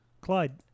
Clyde